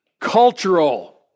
cultural